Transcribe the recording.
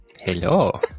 Hello